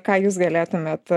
ką jūs galėtumėt